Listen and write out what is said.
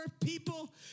people